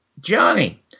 Johnny